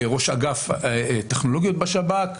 ראש אגף טכנולוגיות בשב"כ,